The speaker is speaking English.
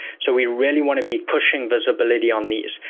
so, we really want to be pushing visibility on these,